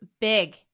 big